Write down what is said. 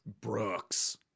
Brooks